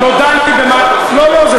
לא, לא.